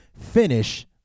finish